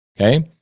Okay